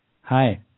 Hi